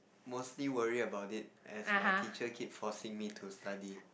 mostly worry about it as my teacher keep forcing me to study